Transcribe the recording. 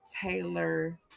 Taylor